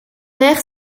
aire